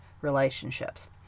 relationships